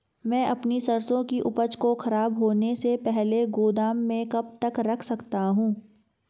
मैं अपनी सरसों की उपज को खराब होने से पहले गोदाम में कब तक रख सकता हूँ?